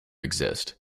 exist